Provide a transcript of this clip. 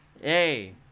hey